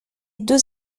deux